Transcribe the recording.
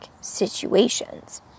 situations